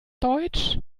deutsch